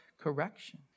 correction